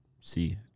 see